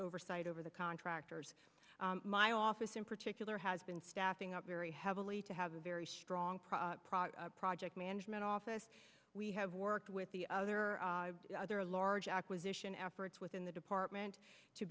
oversight over the contractors my office in particular has been staffing up very heavily to have a very strong project management office we have worked with the other other large acquisition efforts within the department to